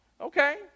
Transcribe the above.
okay